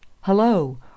Hello